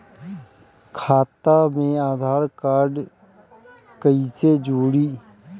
खाता मे आधार कार्ड कईसे जुड़ि?